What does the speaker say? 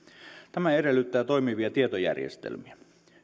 tämä edellyttää toimivia tietojärjestelmiä